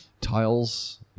Tiles